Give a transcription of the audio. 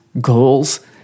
goals